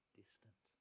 distant